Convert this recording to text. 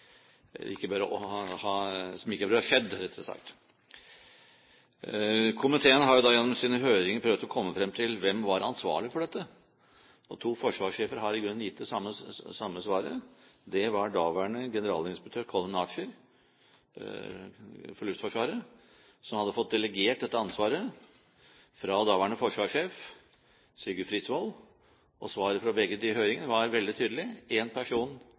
skjedd. Komiteen har gjennom sine høringer prøvd å komme frem til hvem som var ansvarlig for dette. To forsvarssjefer har i grunnen gitt det samme svaret. Det var daværende generalinspektør Tomas Colin Archer for Luftforsvaret, som hadde fått delegert dette ansvaret fra daværende forsvarssjef, Sigurd Frisvold. Svaret fra begge de høringene var veldig tydelig: Én person